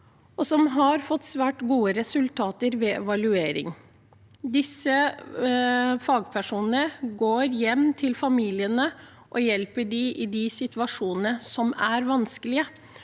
og som har fått svært gode resultater ved evaluering. Disse fagpersonene går hjem til familiene og hjelper dem i de situasjonene som er vanskelige,